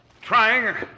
trying